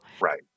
Right